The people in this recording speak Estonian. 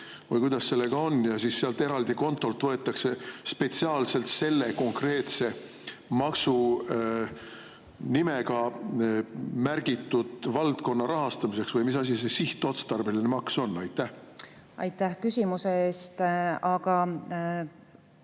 või kuidas sellega on. Kas siis sealt eraldi kontolt võetakse [raha] spetsiaalselt selle konkreetse maksu nimetusega märgitud valdkonna rahastamiseks või mis asi see sihtotstarbeline maks on? Aitäh! Kõrva hakkas selline